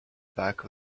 back